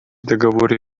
договоры